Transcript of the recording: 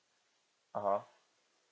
(uh huh)